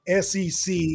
SEC